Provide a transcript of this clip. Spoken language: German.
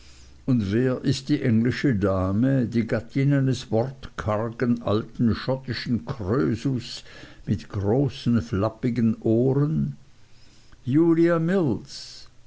und wer ist die englische dame die gattin eines wortkargen alten schottischen krösus mit großen flappigen ohren julia mills